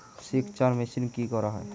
সেকচার মেশিন কি করা হয়?